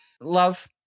love